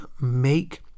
Make